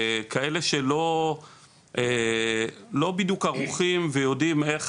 כאלו הורים שלא בדיוק ערוכים ויודעים איך